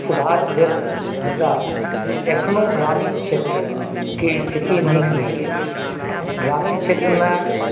सुधार भेल अछि मुदा एखनो ग्रामीण क्षेत्रके स्थिति नीक नहि अछि ग्रामीण क्षेत्रमे